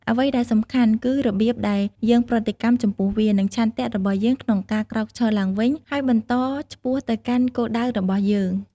អ្វីដែលសំខាន់គឺរបៀបដែលយើងប្រតិកម្មចំពោះវា និងឆន្ទៈរបស់យើងក្នុងការក្រោកឈរឡើងវិញ ហើយបន្តឆ្ពោះទៅកាន់គោលដៅរបស់យើង។